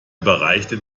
überreichte